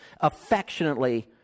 Affectionately